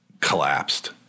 collapsed